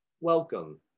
welcome